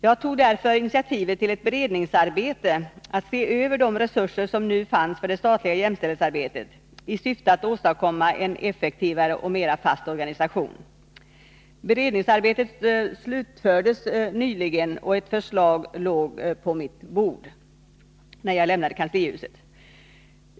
Jag tog därför initiativet till ett beredningsarbete för att se över de resurser som nu fanns för det statliga jämställdhetsarbetet i syfte att åstadkomma en effektivare och mera fast organisation. Beredningsarbetet slutfördes nyligen, och ett förslag låg på mitt bord när jag lämnade kanslihuset.